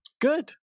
Good